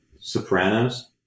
Sopranos